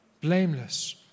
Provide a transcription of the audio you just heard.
blameless